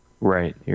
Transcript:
Right